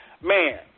Man